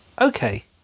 Okay